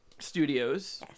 studios